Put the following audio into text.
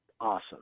awesome